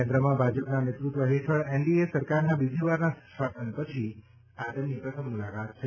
કેન્દ્રમાં ભાજપના નેતૃત્વ હેઠળ એનડીએ સરકારના બીજી વારના શાસન પછી આ તેમની પ્રથમ મુલાકાત છે